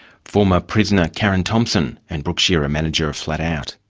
former prisoner karen thompson and brooke shearer, manager of flatout.